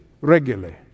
regularly